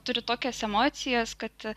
turi tokias emocijas kad